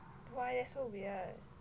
why that's so weird